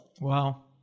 Wow